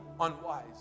unwise